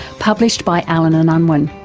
published by allen and unwin.